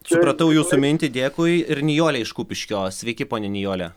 supratau jūsų mintį dėkui ir nijolė iš kupiškio sveiki ponia nijole